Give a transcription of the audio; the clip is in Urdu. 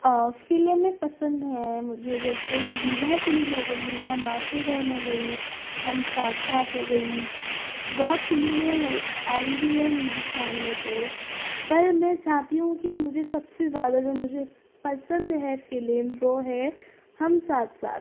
فلمیں پسند ہیں مجھے جیسے ویواہ فلم ہو گئی ہم آپ کے کون ہو گئی ہم ساتھ ساتھ ہو گئی بہت فلمیں آئی بھی ہیں ہندوستان میں تو پر میں چاہتی ہوں کہ مجھے سب سے زیادہ جو مجھے پسند ہے فلم وہ ہے ہم ساتھ ساتھ